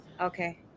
okay